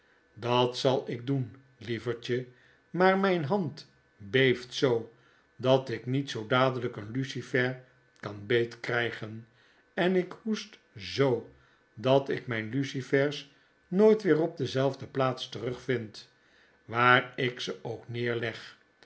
dat zal ik doen lievertje maar myne hand beeft zoo dat ik niet zoo dadelyk een lucifer kan beet krygen en ik hoest zoo dat ik mijn lucifers nooit weer op dezelfde plaats terug vind war ik ze ook neer